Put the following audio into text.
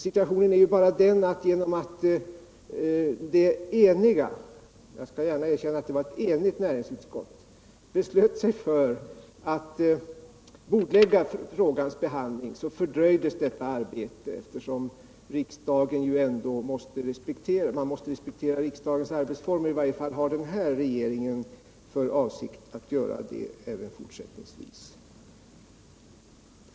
Situationen är bara den att på grund av att näringsutskottet — jag skall gärna erkänna att det var ett enigt näringsutskott — beslöt bordlägga frågans behandling fördröjdes detta arbete. Vi måste ju respektera riksdagens arbetsformer, i varje fall har denna regering för avsikt att göra det även fortsättningsvis.